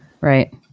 Right